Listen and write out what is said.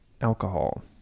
alcohol